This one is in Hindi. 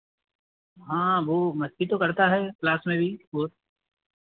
हाँ वो मस्ती तो करता है क्लास में वी बहुत